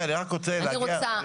אני רוצה,